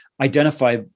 identify